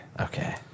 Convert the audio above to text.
Okay